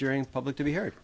during public to be heard